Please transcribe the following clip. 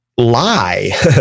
lie